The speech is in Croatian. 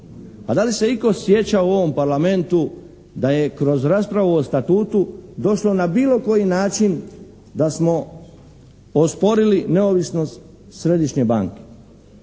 A da li se itko sjeća u ovom Parlamentu da je kroz raspravu o statutu došlo na bilo koji način da smo osporili neovisnost Središnje banke?